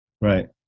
right